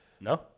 No